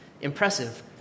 impressive